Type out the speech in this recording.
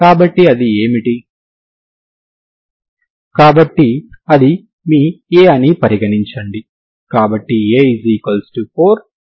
కాబట్టి ఈ uxt పరిష్కారం అని మనం చూసాము